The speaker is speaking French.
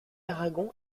aragon